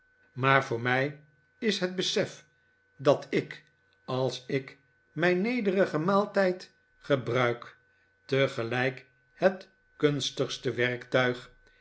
maar voor mij is het besef dat ik als ik mijn nederigen maaltijd gemaarten chuzzlewit bruik tegelijk het kunstigste werktuig